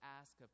ask